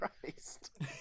Christ